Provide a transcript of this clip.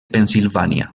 pennsilvània